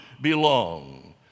belong